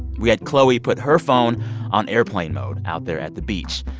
we had chloe put her phone on airplane mode out there at the beach,